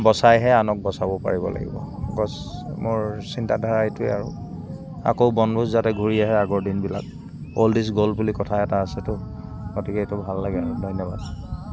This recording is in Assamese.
বচাইহে আনক বচাব পাৰিব লাগিব বচ মোৰ চিন্তাধাৰা এইটোৱে আৰু আকৌ বনভোজ যাতে ঘূৰি আহে আগৰ দিনবিলাক অল্ড ইজ গ'ল্ড বুলি কথা এটা আছেতো গতিকে এইটো ভাল লাগে আৰু ধন্যবাদ